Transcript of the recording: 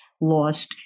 lost